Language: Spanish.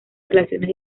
relaciones